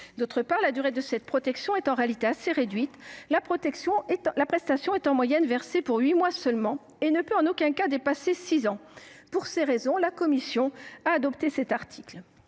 D’autre part, la durée de cette protection est en réalité assez réduite : la prestation est, en moyenne, versée pour huit mois seulement et ne peut en aucun cas dépasser six ans. Pour ces raisons, la commission a adopté cet article.